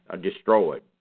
destroyed